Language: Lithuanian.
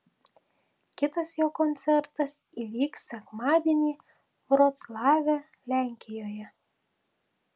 kitas jo koncertas įvyks sekmadienį vroclave lenkijoje